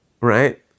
right